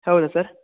ಹೌದಾ ಸರ್